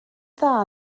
dda